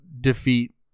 defeat